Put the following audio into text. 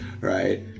Right